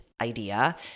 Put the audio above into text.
idea